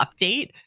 update